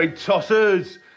Tossers